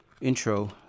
intro